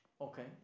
Okay